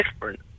different